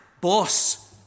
boss